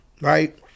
right